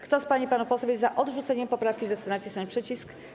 Kto z pań i panów posłów jest za odrzuceniem poprawki, zechce nacisnąć przycisk.